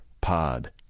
pod